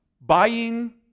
Buying